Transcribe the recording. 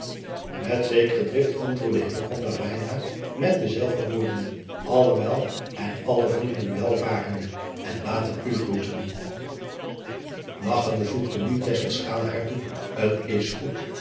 et zekere drift antwoordde bijna met dezelsde woorden alle wel en alle vrienden welvarende en laten u groeten agchende voegde nu haar toe t s goed